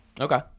Okay